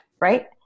Right